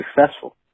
successful